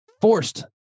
forced